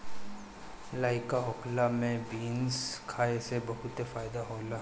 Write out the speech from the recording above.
लइका होखला में बीन्स खाए से बहुते फायदा होला